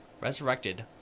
resurrected